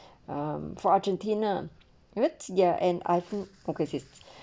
um for argentina every year and I focus it's